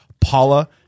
paula